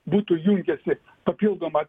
būtų jungęsi papildomą